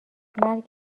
مرگ